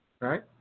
right